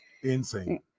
Insane